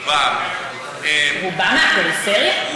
רובם הם, רובם מהפריפריה?